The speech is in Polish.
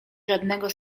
żadnego